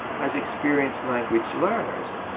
as experienced language learners,